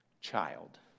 child